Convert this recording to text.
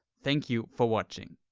thank you for watching.